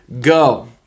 go